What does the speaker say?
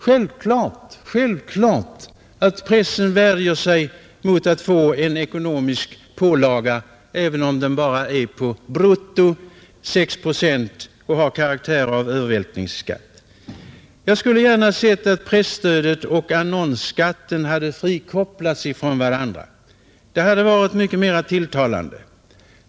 Det är självklart att pressen värjer sig mot att få en ekonomisk pålaga även om den bara är på brutto 6 procent och har karaktär av övervältringsskatt. Jag skulle gärna sett att presstödet och annonsskatten hade frikopplats från varandra. Det hade varit mycket mera tilltalande.